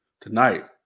tonight